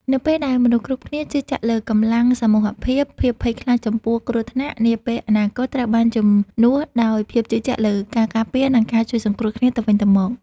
នៅពេលដែលមនុស្សគ្រប់គ្នាជឿជាក់លើកម្លាំងសមូហភាព ភាពភ័យខ្លាចចំពោះគ្រោះថ្នាក់នាពេលអនាគតត្រូវបានជំនួសដោយភាពជឿជាក់លើការការពារ និងការជួយសង្គ្រោះគ្នាទៅវិញទៅមក។